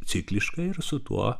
cikliškai ir su tuo